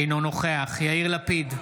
אינו נוכח יאיר לפיד,